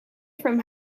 from